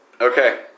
Okay